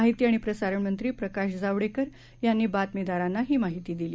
माहिती आणि प्रसारण मंत्री प्रकाश जावडेकर यांनी बातमीदारांना ही माहिती दिली